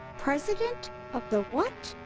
president of the what?